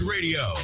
Radio